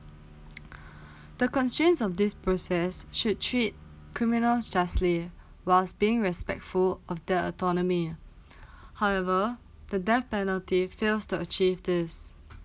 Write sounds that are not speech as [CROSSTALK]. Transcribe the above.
[NOISE] [BREATH] the constraint of this process should treat criminal justly whilst being respectful of the autonomy [BREATH] however the death penalty fails to achieve this